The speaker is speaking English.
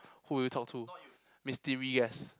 who will you talk to mystery guest